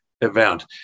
event